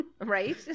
right